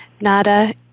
Nada